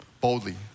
boldly